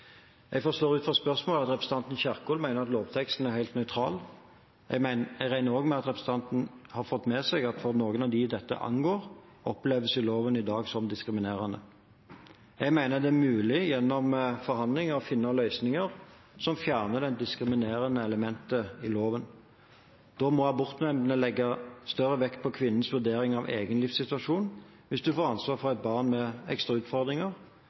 Jeg forstår ut fra spørsmålet at representanten Kjerkol mener at lovteksten er helt nøytral. Jeg regner også med at representanten har fått med seg at noen av dem dette angår, i dag opplever loven som diskriminerende. Jeg mener det er mulig gjennom forhandlinger å finne løsninger som fjerner det diskriminerende elementet i loven. Da må abortnemndene legge større vekt på kvinnens vurdering av egen livssituasjon hvis hun får ansvar for et barn med ekstra utfordringer,